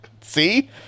See